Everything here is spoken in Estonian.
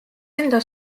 enda